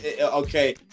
Okay